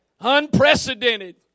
Unprecedented